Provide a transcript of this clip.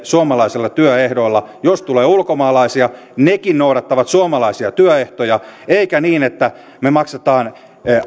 suomalaisilla työehdoilla jos tulee ulkomaalaisia hekin noudattavat suomalaisia työehtoja eikä niin että me maksamme